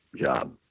job